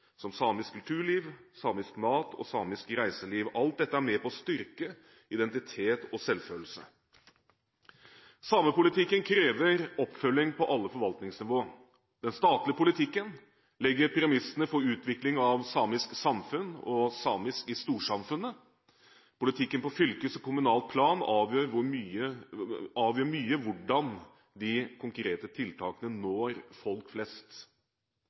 som samisk kulturliv, samisk mat og samisk reiseliv. Alt dette er med på å styrke identitet og selvfølelse. Samepolitikken krever oppfølging på alle forvaltningsnivå. Den statlige politikken legger premissene for utvikling av samiske samfunn og samisk i storsamfunnet. Politikken på fylkes- og kommunalt plan avgjør mye hvordan de konkrete tiltakene når folk flest.